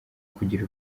kugira